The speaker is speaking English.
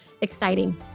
exciting